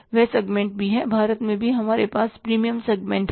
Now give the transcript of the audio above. वह सेगमेंट भी है भारत में भी हमारे पास प्रीमियम सेगमेंट हैं